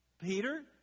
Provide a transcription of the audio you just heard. Peter